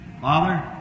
Father